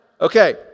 Okay